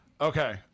Okay